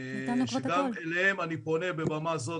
שגם אליהם אני פונה בבמה הזאת,